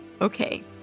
Okay